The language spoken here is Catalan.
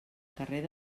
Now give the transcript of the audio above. carrer